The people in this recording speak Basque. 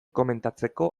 komentatzeko